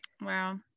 wow